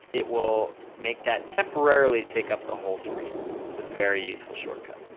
it will make that temporarily take up the whole screen, it's a very useful shortcut.